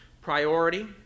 priority